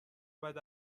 بعد